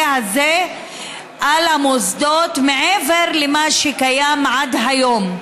הזה על המוסדות מעבר למה שקיים עד היום.